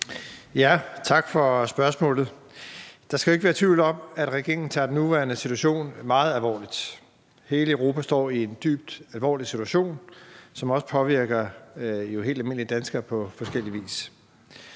Tak for spørgsmålet. Der skal jo ikke være tvivl om, at regeringen tager den nuværende situation meget alvorligt. Hele Europa står i en dybt alvorlig situation, som også påvirker helt almindelige danskere på forskellig vis.